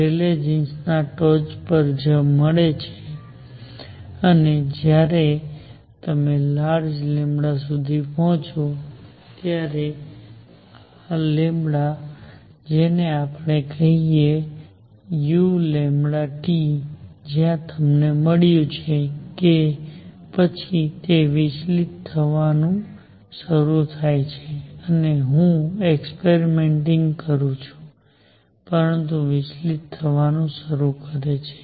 Rayleigh jeans ટોચ પર જ મળે છે અને જ્યારે તમે લાર્જ સુધી પહોંચો છો ત્યારે આ છે જેને આપણે કહીએ u જ્યાં તમને મળ્યું છે અને પછી તે વિચલિત થવા નું શરૂ થાય છે હું તેને એક્સરેટિંગ કરું છું પરંતુ વિચલિત થવા નું શરૂ કરે છે